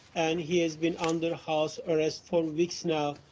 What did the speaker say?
and he has been under house arrest for weeks now.